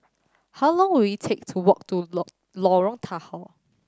how long will it take to walk to Lorong Tahar